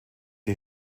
die